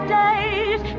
days